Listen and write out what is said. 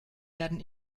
werden